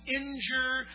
injure